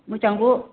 मोजांबु